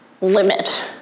limit